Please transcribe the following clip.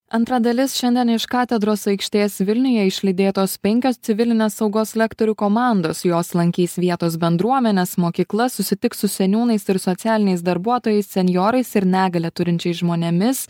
antra dalis šiandien iš katedros aikštės vilniuje išlydėtos penkios civilinės saugos lektorių komandos jos lankys vietos bendruomenes mokyklas susitiks su seniūnais ir socialiniais darbuotojais senjorais ir negalią turinčiais žmonėmis